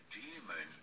demon